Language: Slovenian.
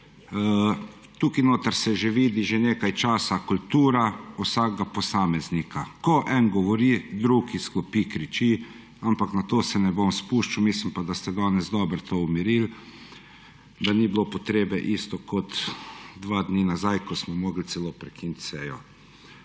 Tukaj notri se že vidi že nekaj časa kultura vsakega posameznika. Ko en govori, drug iz klopi kriči, ampak v to se ne bom spuščal. Mislim pa, da ste danes dobro to umirili, da ni bilo potrebe kot dva dni nazaj, ko smo morali celo prekiniti sejo.